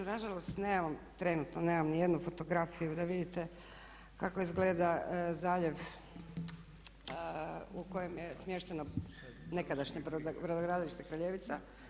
Na žalost nemam, trenutno nemam ni jednu fotografiju da vidite kako izgleda zaljev u kojem je smješteno nekadašnje brodogradilište Kraljevica.